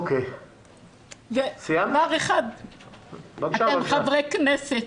אתם חברי כנסת,